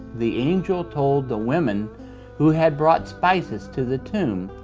the angel told the women who had brought spices to the tomb,